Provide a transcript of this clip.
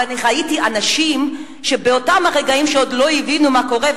אבל אני ראיתי אנשים שבאותם רגעים עוד לא הבינו מה קורה.